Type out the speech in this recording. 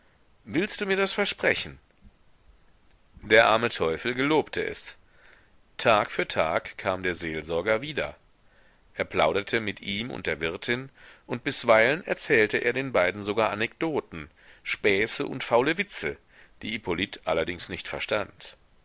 willst du mir das versprechen der arme teufel gelobte es tag für tag kam der seelsorger wieder er plauderte mit ihm und der wirtin und bisweilen erzählte er den beiden sogar anekdoten späße und faule witze die hippolyt allerdings nicht verstand